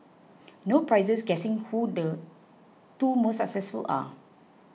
no prizes guessing who the two most successful are